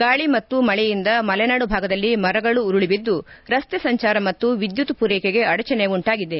ಗಾಳಿ ಮತ್ತು ಮಳೆಯಿಂದ ಮಲೆನಾಡು ಭಾಗದಲ್ಲಿ ಮರಗಳು ಉರುಳಿಬಿದ್ದು ರಸ್ತೆ ಸಂಚಾರ ಮತ್ತು ವಿದ್ಯುತ್ ಪೂರೈಕೆಗೆ ಅಡಚಣೆ ಉಂಟಾಗಿದೆ